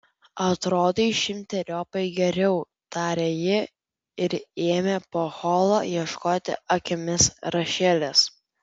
atrodai šimteriopai geriau tarė ji ir ėmė po holą ieškoti akimis rachelės